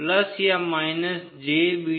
plus या minus jbeta d